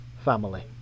family